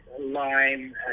Lime